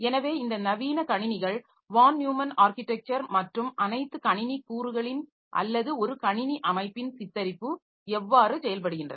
எனவே இந்த நவீன கணினிகள் வான் நியூமன் ஆர்க்கிடெக்சர் மற்றும் அனைத்து கணினி கூறுகளின் அல்லது ஒரு கணினி அமைப்பின் சித்தரிப்பு எவ்வாறு செயல்படுகின்றன